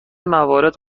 موارد